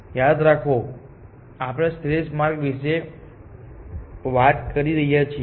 યાદ રાખો કે આપણે શ્રેષ્ઠ માર્ગો વિશે વાત કરી રહ્યા છીએ